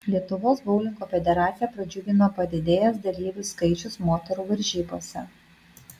lietuvos boulingo federaciją pradžiugino padidėjęs dalyvių skaičius moterų varžybose